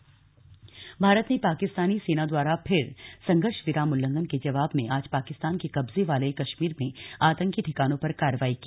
आतंकी शिविरों पर हमला भारत ने पाकिस्तानी सेना द्वारा फिर संघर्ष विराम उल्लंघन के जवाब में आज पाकिस्तान के कब्जे वाले कश्मीर में आतंकी ठिकानों पर कार्रवाई की